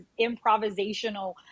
improvisational